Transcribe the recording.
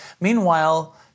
Meanwhile